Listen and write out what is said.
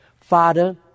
Father